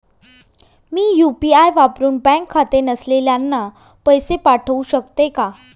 मी UPI वापरुन bank खाते नसलेल्यांना पैसे पाठवू शकते का?